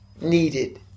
needed